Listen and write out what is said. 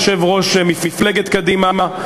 יושב-ראש מפלגת קדימה,